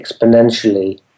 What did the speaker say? exponentially